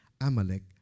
Amalek